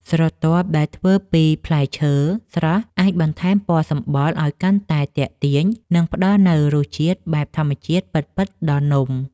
ស្រទាប់ដែលធ្វើពីផ្លែឈើស្រស់អាចបន្ថែមពណ៌សម្បុរឱ្យកាន់តែទាក់ទាញ និង ផ្ដល់នូវរសជាតិបែបធម្មជាតិពិតៗដល់នំ។